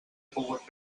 pogut